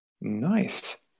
Nice